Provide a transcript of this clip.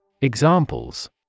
Examples